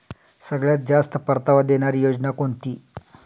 सगळ्यात जास्त परतावा देणारी योजना कोणती?